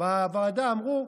בוועדה ואמרו: